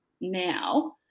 now